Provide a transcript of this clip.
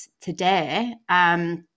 today